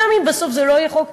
גם אם בסוף זה לא יהיה חוק,